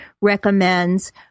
recommends